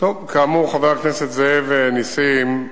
חבר הכנסת זאב נסים,